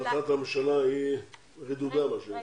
מתברר שהחלטת הממשלה היא מה שנקרא רדודה.